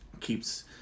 keeps